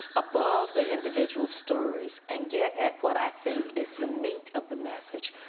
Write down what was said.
above the individual stories and get at what i think is the meat of the message.